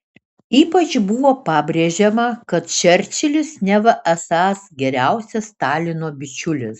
ypač buvo pabrėžiama kad čerčilis neva esąs geriausias stalino bičiulis